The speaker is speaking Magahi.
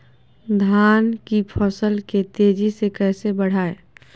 धान की फसल के तेजी से कैसे बढ़ाएं?